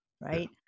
right